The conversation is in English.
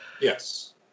Yes